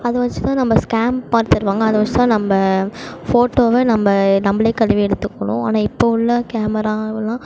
அதை வெச்சு தான் நம்ம ஸ்கேம் தருவாங்க அதை வெச்சு தான் நம்ம ஃபோட்டோவை நம்ம நம்மளே கழுவி எடுத்துக்குணும் ஆனால் இப்போது உள்ள கேமராலாம்